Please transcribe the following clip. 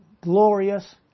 glorious